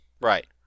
Right